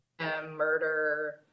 murder